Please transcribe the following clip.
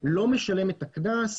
לא משלם את הקנס,